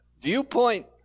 viewpoint